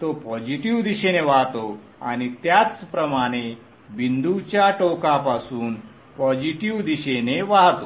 तो पॉझिटिव्ह दिशेने वाहतो आणि त्याचप्रमाणे बिंदूच्या टोकापासून पॉझिटिव्ह दिशेने वाहतो